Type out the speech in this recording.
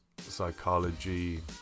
psychology